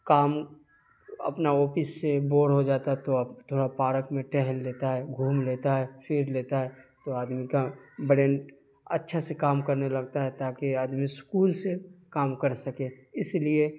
کام اپنا اوپس سے بور ہوجاتا ہے تو اب تھوڑا پارک میں ٹہل لیتا ہے گھوم لیتا ہے پھر لیتا ہے تو آدمی کا برینڈ اچھا سے کام کرنے لگتا ہے تاکہ آدمی سکون سے کام کر سکے اس لیے